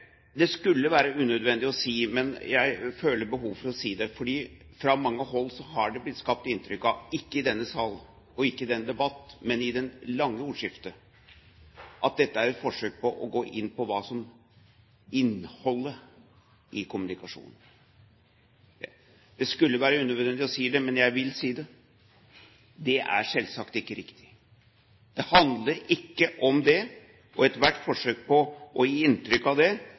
Det skulle være unødvendig å si det, men jeg føler behov for å si det, fordi det fra mange hold har blitt skapt inntrykk av – ikke i denne sal og ikke i denne debatt, men i det lange ordskiftet – at dette er et forsøk på å gå inn på innholdet i kommunikasjonen. Det skulle være unødvendig å si det, men jeg vil si det: Det er selvsagt ikke riktig. Det handler ikke om det, og ethvert forsøk på å gi inntrykk av det